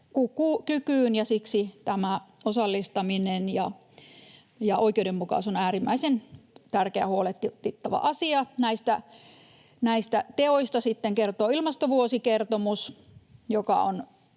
ja siksi osallistaminen ja oikeudenmukaisuus on äärimmäisen tärkeä huolehdittava asia. Näistä teoista sitten kertoo ilmastovuosikertomus, joka on